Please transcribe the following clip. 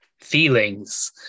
feelings